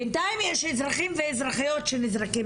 בינתיים יש אזרחים ואזרחיות שנזרקים